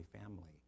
family